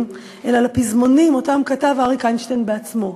אלא לפזמונים שאריק איינשטיין כתב בעצמו,